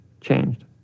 changed